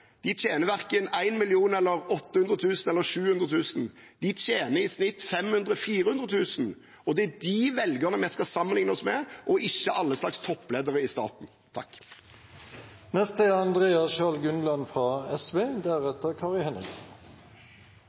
tjener verken 1 mill. kr eller 800 000 kr eller 700 000 kr, de tjener i snitt 400 000–500 000 kr. Det er de velgerne vi skal sammenligne oss med, og ikke alle slags toppledere i staten.